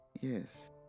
Yes